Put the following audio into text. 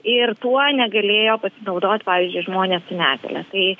ir tuo negalėjo pasinaudot pavyzdžiui žmonės su negalia tai